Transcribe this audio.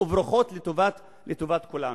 וברוכות לטובת כולנו.